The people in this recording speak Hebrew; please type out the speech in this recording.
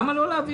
למה לא להעביר?